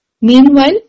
Meanwhile